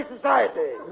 Society